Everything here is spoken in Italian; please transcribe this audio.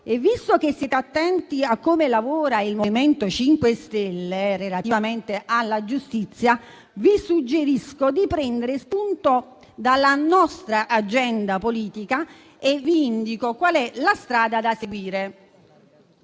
e, visto che siete attenti a come lavora il MoVimento 5 Stelle relativamente alla giustizia, vi suggerisco di prendere spunto dalla nostra agenda politica e vi indico la strada da seguire: